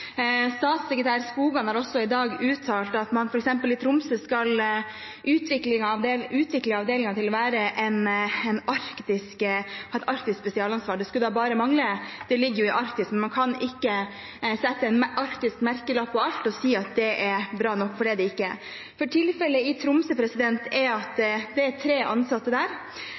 Statssekretær Skogan har også i dag uttalt at man f.eks. i Tromsø skal utvikle avdelingen til å ha et arktisk spesialansvar. Det skulle bare mangle, det ligger jo i Arktis. Man kan ikke sette en arktisk merkelapp på alt og si at det er bra nok, for det er det ikke. Tilfellet i Tromsø er at det er tre ansatte der,